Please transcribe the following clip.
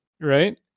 right